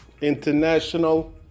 International